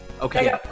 Okay